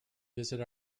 visit